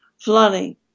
flooding